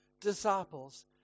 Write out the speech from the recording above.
disciples